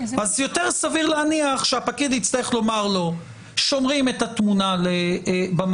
אז יותר סביר להניח שהפקיד יצטרך לומר לו ששומרים את התמונה במאגר,